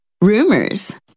rumors